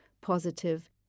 positive